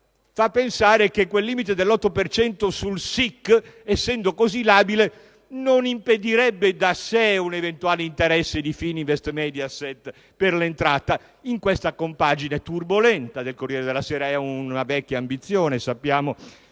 fa pensare che quel limite dell'8 per cento sul SIC, essendo così labile, non impedirebbe da sé un eventuale interesse di Fininvest-Mediaset per l'entrata in questa compagine turbolenta del quotidiano «Il Corriere della Sera»: una vecchia ambizione del